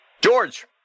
George